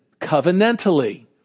covenantally